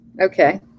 Okay